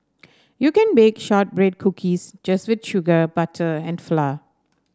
you can bake shortbread cookies just with sugar butter and flour